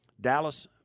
Dallas